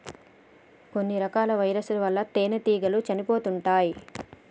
కొన్ని రకాల వైరస్ ల వల్ల తేనెటీగలు చనిపోతుంటాయ్